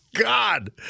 God